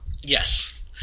Yes